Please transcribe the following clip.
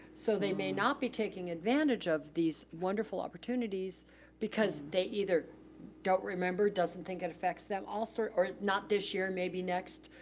so they may not be taking advantage of these wonderful opportunities because they either don't remember, doesn't think it effects them, or not this year, maybe next.